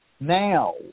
Now